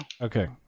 Okay